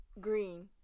Green